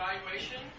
evaluation